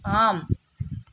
ஆம்